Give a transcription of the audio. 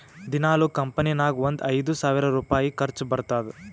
ದಿನಾಲೂ ಕಂಪನಿ ನಾಗ್ ಒಂದ್ ಐಯ್ದ ಸಾವಿರ್ ರುಪಾಯಿ ಖರ್ಚಾ ಬರ್ತುದ್